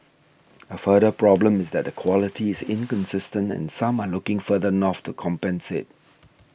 a further problem is that the quality is inconsistent and some are looking further north to compensate